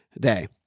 day